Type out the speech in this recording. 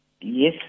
Yes